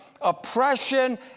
oppression